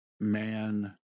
man